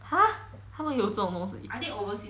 !huh! 他们有这种东西